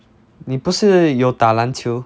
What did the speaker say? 你不是有打篮球